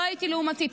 לא הייתי לעומתית.